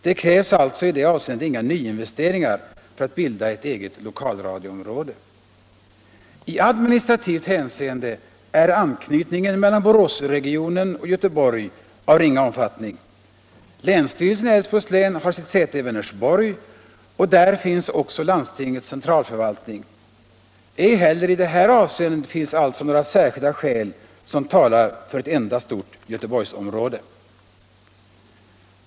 Det krävs alltså i det avseendet inga nyinvesteringar för att Boråsområdet skall bilda ett eget lokalradioområde. I administrativt hänseende är anknytningen mellan Boråsregionen och Göteborg av ringa omfattning. Länsstyrelsen i Älvsborgs län har sitt säte i Vänersborg och där finns också landstingets centralförvaltning. Ej heller i det här avseendet talar alltså några särskilda skäl för ett enda stort Göteborgsområde.